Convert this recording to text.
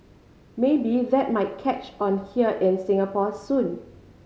maybe that might catch on here in Singapore soon